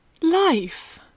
Life